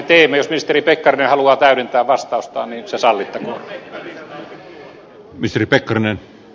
jos ministeri pekkarinen haluaa täydentää vastaustaan niin se sallittakoon